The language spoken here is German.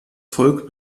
volk